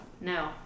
No